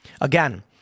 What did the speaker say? Again